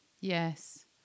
Yes